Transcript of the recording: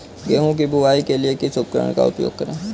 गेहूँ की बुवाई के लिए किस उपकरण का उपयोग करें?